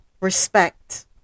respect